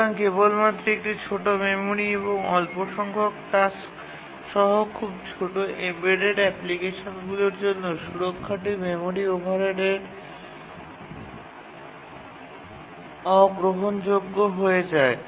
সুতরাং কেবলমাত্র একটি ছোট মেমোরি এবং অল্প সংখ্যক টাস্ক সহ খুব ছোট এম্বেড অ্যাপ্লিকেশনগুলির জন্য সুরক্ষাটি মেমরির ওভারহেডের অগ্রহণযোগ্য হয়ে যায়